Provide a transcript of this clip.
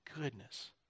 goodness